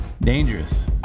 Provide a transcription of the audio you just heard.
Dangerous